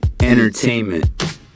entertainment